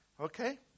Okay